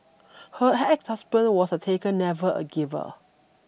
her ex husband was a taker never a giver